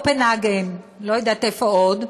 קופנהגן, לא יודעת איפה עוד,